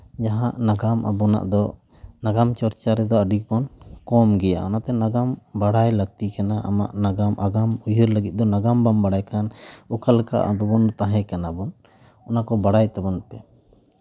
ᱡᱟᱦᱟᱸ ᱱᱟᱜᱟᱢ ᱟᱵᱚᱱᱟᱜ ᱫᱚ ᱱᱟᱜᱟᱢ ᱪᱚᱨᱪᱟ ᱨᱮᱫᱚ ᱟᱹᱰᱤᱵᱚᱱ ᱠᱚᱢ ᱜᱮᱭᱟ ᱚᱱᱟᱛᱮ ᱱᱟᱜᱟᱢ ᱵᱟᱲᱟᱭ ᱞᱟᱹᱠᱛᱤ ᱠᱟᱱᱟ ᱟᱢᱟᱜ ᱱᱟᱜᱟᱢ ᱟᱜᱟᱢ ᱩᱭᱦᱟᱹᱨ ᱞᱟᱹᱜᱤᱫ ᱫᱚ ᱱᱟᱜᱟᱢ ᱵᱟᱢ ᱵᱟᱲᱟᱭ ᱠᱷᱟᱱ ᱚᱠᱟ ᱞᱮᱠᱟ ᱟᱵᱚ ᱵᱚᱱ ᱛᱟᱦᱮᱸ ᱠᱟᱱᱟᱵᱚᱱ ᱚᱱᱟ ᱠᱚ ᱵᱟᱲᱟᱭ ᱛᱟᱵᱚᱱ ᱯᱮ